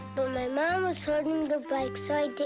my mom was holding the bike so i didn't.